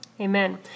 Amen